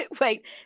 Wait